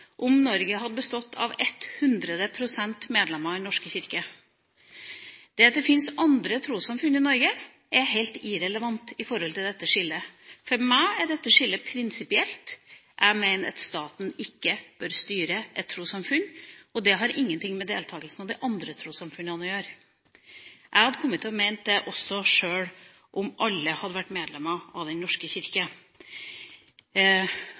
om 100 pst. av Norges befolkning hadde vært medlemmer i Den norske kirke. Det at det fins andre trossamfunn i Norge, er helt irrelevant når det gjelder dette skillet. For meg er dette skillet prinsipielt. Jeg mener at staten ikke bør styre et trossamfunn. Det har ingenting med deltakelsen av de andre trossamfunnene å gjøre. Jeg hadde kommet til å mene det sjøl om alle hadde vært medlemmer av Den norske kirke.